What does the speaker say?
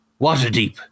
Waterdeep